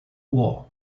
war